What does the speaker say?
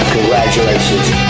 Congratulations